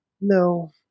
No